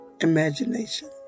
imagination